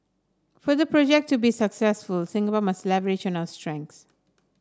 for the project to be successful Singapore must leverage on strengths